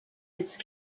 its